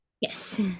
Yes